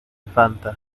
fanta